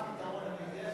מה הפתרון?